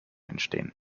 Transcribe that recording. entstehen